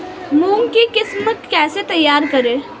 मूंग की किस्म कैसे तैयार करें?